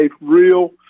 real